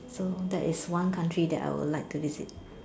so that is one country that I would like to visit